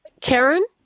Karen